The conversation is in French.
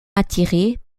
attiré